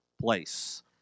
place